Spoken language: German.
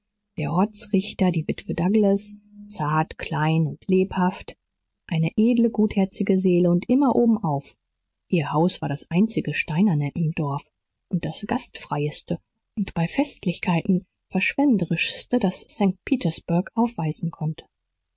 der ortsrichter die witwe douglas zart klein und lebhaft eine edle gutherzige seele und immer obenauf ihr haus war das einzige steinerne im dorf und das gastfreieste und bei festlichkeiten verschwenderischste das st petersburg aufweisen konnte